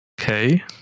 Okay